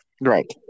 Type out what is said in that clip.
right